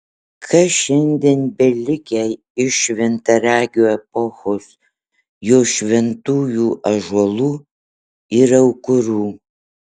kas šiandien belikę iš šventaragio epochos jos šventųjų ąžuolų ir aukurų